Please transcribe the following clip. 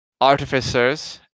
artificers